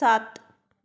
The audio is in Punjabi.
ਸੱਤ